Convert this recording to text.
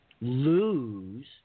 lose